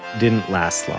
didn't last long,